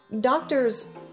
doctors